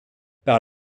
par